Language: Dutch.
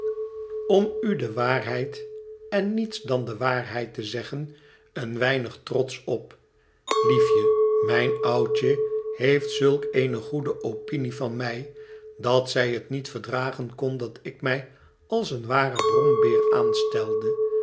om u de waarheid en niets dan de waarheid te zeggen een weinig trotsch op liefje mijn oudje heeft zulk eoie goede opinie van mij dat zij het niet verdragen kon dat ik mij alseen ware brombeer aanstelde